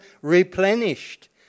replenished